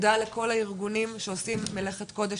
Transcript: תודה לכל הארגונים שעושים מלאכת קודש,